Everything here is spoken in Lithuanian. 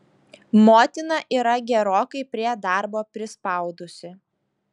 motina yra gerokai prie darbo prispaudusi